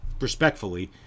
respectfully